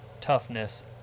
toughness